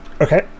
Okay